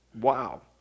Wow